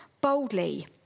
boldly